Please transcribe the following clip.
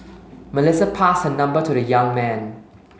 Melissa passed her number to the young man